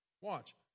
Watch